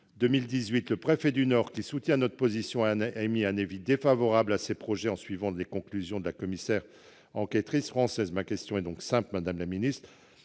2018, le préfet du Nord, qui soutient notre position, a émis un avis défavorable sur ce projet, en suivant les conclusions de la commissaire enquêtrice française. Ma question est donc simple, madame la ministre